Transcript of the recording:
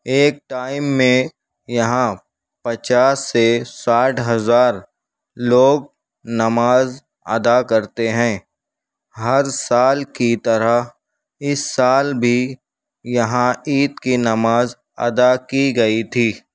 ایک ٹائم میں یہاں پچاس سے ساٹھ ہزار لوگ نماز ادا کرتے ہیں ہر سال کی طرح اس سال بھی یہاں عید کی نماز ادا کی گئی تھی